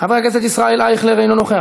חבר הכנסת ישראל אייכלר, אינו נוכח.